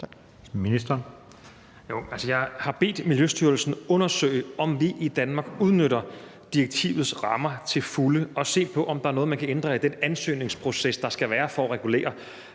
jeg har bedt Miljøstyrelsen om at undersøge, om vi i Danmark udnytter direktivets rammer til fulde, og om at se på, om der er noget, man kan ændre i den ansøgningsproces, der skal være, for at regulere